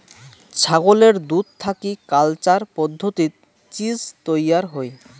ছাগলের দুধ থাকি কালচার পদ্ধতিত চীজ তৈয়ার হই